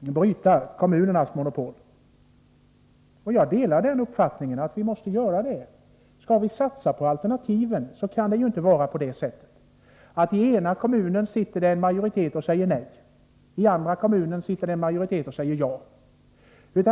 bryta kommunernas monopol. Jag delar den uppfattningen. Skall vi satsa på alternativ, kan det ju inte vara på det sättet att det i den ena kommunen sitter en majoritet och säger nej, medan det i den andra kommunen sitter en majoritet och säger ja.